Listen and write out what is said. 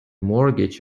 mortgage